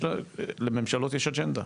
לממשלות יש אג'נדה,